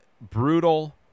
brutal